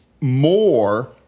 more